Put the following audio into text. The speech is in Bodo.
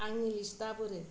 आंनि लिस्टा बोरो